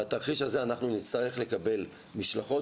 בתרחיש הזה נצטרך לקבל משלחות,